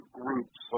groups